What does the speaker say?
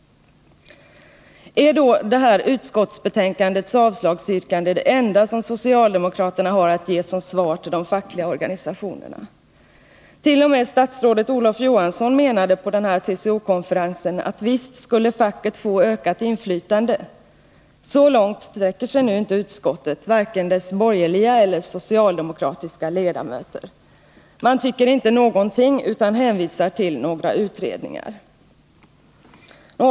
Är då det här utskottsbetänkandets avstyrkande det enda som socialdemokraterna har att ge som svar till de fackliga organisationerna? T. o. m. statsrådet Olof Johansson menade på denna TCO-konferens att visst skulle facket få ökat inflytande. Så långt sträcker sig nu inte utskottet, varken dess borgerliga eller dess socialdemokratiska ledamöter. Man tycker inte någonting utan hänvisar till några utredningar.